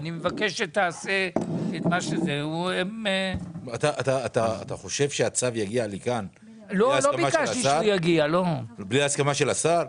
אני מבקש שתעשה את מה -- אתה חושב שהצו יגיע לכאן בלי הסכמה של השר?